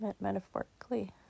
metaphorically